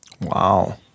Wow